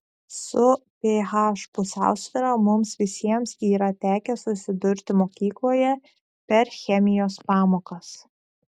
su ph pusiausvyra mums visiems yra tekę susidurti mokykloje per chemijos pamokas